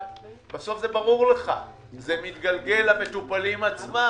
ואם אני מבינה נכון,